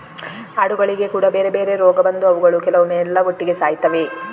ಆಡುಗಳಿಗೆ ಕೂಡಾ ಬೇರೆ ಬೇರೆ ರೋಗ ಬಂದು ಅವುಗಳು ಕೆಲವೊಮ್ಮೆ ಎಲ್ಲಾ ಒಟ್ಟಿಗೆ ಸಾಯ್ತವೆ